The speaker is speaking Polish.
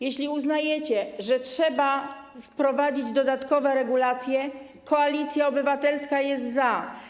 Jeśli uznajecie, że trzeba wprowadzić dodatkowe regulacje, Koalicja Obywatelska jest za.